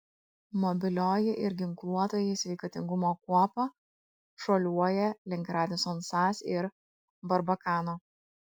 mobilioji ir ginkluotoji sveikatingumo kuopa šuoliuoja link radisson sas ir barbakano